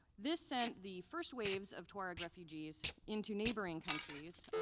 this sent the first waves of tuareg refugees into neighboring countries,